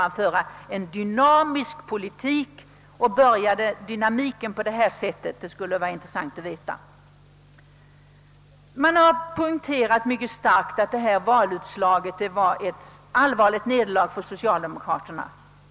Var försvarsresonemanget ett uttryck för den dynamiska politik herr Ohlin varslade om? Det skulle vara intressant att veta. Man har också mycket starkt poängterat att valutgången innebar — vilket ju är riktigt — ett allvarligt nederlag för socialdemokraterna.